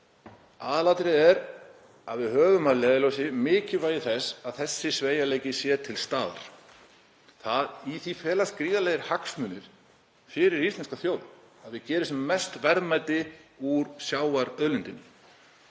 Aðalatriðið er að við höfum að leiðarljósi mikilvægi þess að þessi sveigjanleiki sé til staðar. Í því felast gríðarlegir hagsmunir fyrir íslenska þjóð, að við gerum sem mest verðmæti úr sjávarauðlindinni.